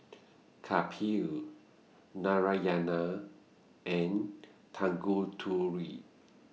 Kapil Narayana and Tanguturi